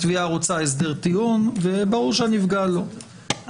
התביעה רוצה הסדר טיעון, וברור שהנפגע לא.